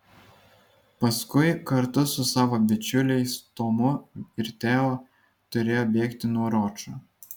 paskui kartu su savo bičiuliais tomu ir teo turėjo bėgti nuo ročo